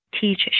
teach